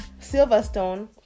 Silverstone